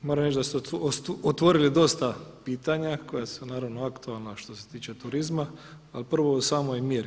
Moram reći da ste otvorili dosta pitanja koja su naravno aktualna što se tiče turizma, ali prvo o samoj mjeri.